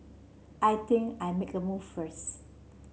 I think I'll make a move first